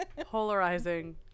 Polarizing